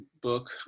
book